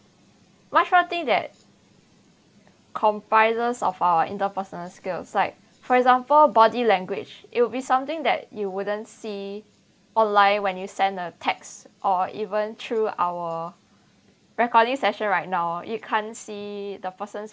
much more thing that comprises of our interpersonal skills like for example body language it will be something that you wouldn't see or lie when you send a text or even through our recording session right now you can't see the person